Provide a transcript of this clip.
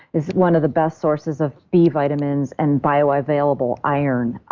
is one of the best sources of b vitamins and bioavailable iron